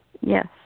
Yes